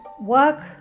work